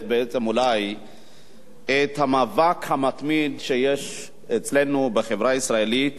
בעצם את המאבק המתמיד שיש אצלנו בחברה הישראלית